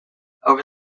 over